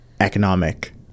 economic